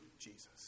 Jesus